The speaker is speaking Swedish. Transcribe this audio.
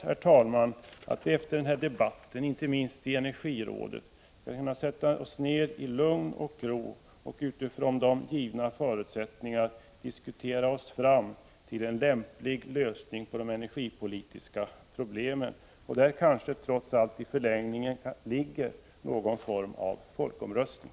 Jag hoppas att vi efter den här debatten inte minst i energirådet skall kunna sätta oss ned i lugn och ro och utifrån givna förutsättningar diskutera oss fram till en lämplig lösning på de energipolitiska problemen. Där kanske trots allt i förlängningen ligger någon form av folkomröstning.